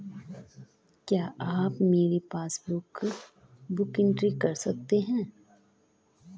क्या आप मेरी पासबुक बुक एंट्री कर सकते हैं?